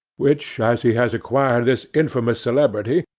which, as he has acquired this infamous celebrity,